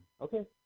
Okay